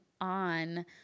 on